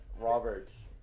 Roberts